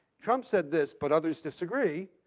trump said this, but others disagree.